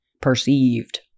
Perceived